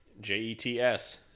J-E-T-S